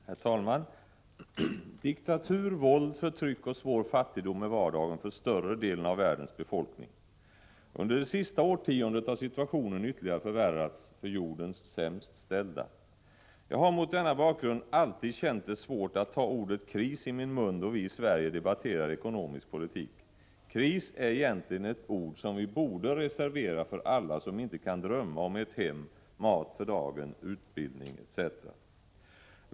Herr talman! Diktatur, våld, förtryck och svår fattigdom är vardagen för större delen av världens befolkning. Under det senaste årtiondet har situationen ytterligare förvärrats för jordens sämst ställda. Jag har mot denna bakgrund alltid känt det svårt att ta ordet kris i min mun då vi i Sverige debatterar ekonomisk politik. Kris är egentligen ett ord som vi borde reservera för alla som inte kan drömma om ett hem, mat för dagen, utbildning, etc.